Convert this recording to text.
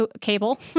cable